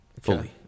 fully